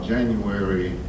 January